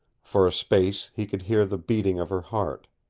for a space he could hear the beating of her heart.